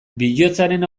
bihotzaren